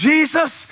Jesus